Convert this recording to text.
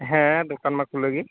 ᱦᱮᱸ ᱫᱚᱠᱟᱱ ᱢᱟ ᱠᱷᱩᱞᱟᱹᱣ ᱜᱮ